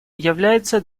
является